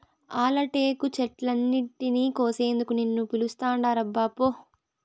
ఆల టేకు చెట్లన్నింటినీ కోసేందుకు నిన్ను పిలుస్తాండారబ్బా పో